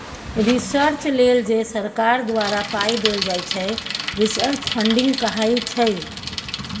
research लेल जे सरकार द्वारा पाइ देल जाइ छै रिसर्च फंडिंग कहाइ छै